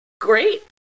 great